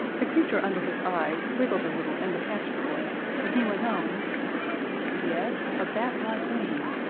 the creature under his eye wriggled a little in the castor oil, and he went on yes a batlike wing.